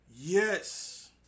Yes